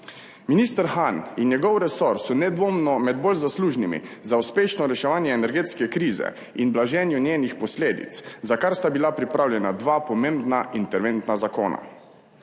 Minister Han in njegov resor so nedvomno med bolj zaslužnimi za uspešno reševanje energetske krize in blaženje njenih posledic, za kar sta bila pripravljena dva pomembna interventna zakona.